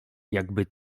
jakby